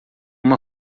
uma